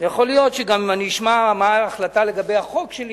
יכול להיות שגם אשמע מה ההחלטה לגבי החוק שלי.